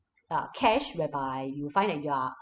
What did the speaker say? uh cash whereby you find that you're